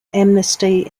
amnesty